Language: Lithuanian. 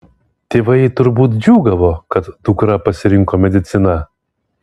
tėvai turbūt džiūgavo kad dukra pasirinko mediciną